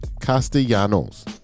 Castellanos